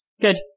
Good